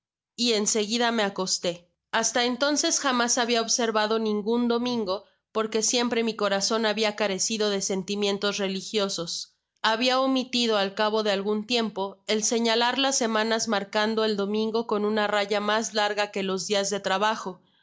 y en seguida me acosté hasta entonces jamás habia observado ningun domingo porque siempre mi corazon habia carecido de sentimientos religiosos habia omitido al cabo de algun tiempo el señalar las semanas marcando el domingo con una raya mas larga que los dias de trabajo de